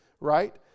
right